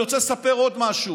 אני רוצה לספר עוד משהו: